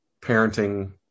parenting